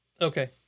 Okay